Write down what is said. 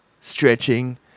stretching